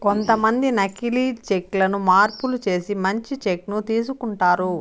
కొంతమంది నకీలి చెక్ లను మార్పులు చేసి మంచి చెక్ ను తీసుకుంటారు